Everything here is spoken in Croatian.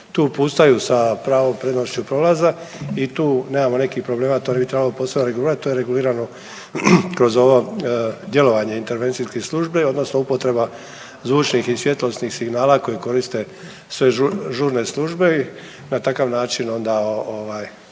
tu puštaju sa pravom prednošću prolaza i tu nemamo nekih problema, to ne bi trebalo posebno regulirat, to je regulirano kroz ovo djelovanje intervencijske službe odnosno upotreba zvučnih i svjetlosnih signala koji koriste sve žurne službe i na takav način onda